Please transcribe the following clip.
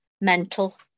mental